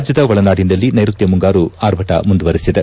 ರಾಜ್ಞದ ಒಳನಾಡಿನಲ್ಲಿ ನೈರುತ್ತ ಮುಂಗಾರು ಆರ್ಭಟ ಮುಂದುವರಿದಿದೆ